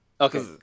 Okay